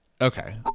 Okay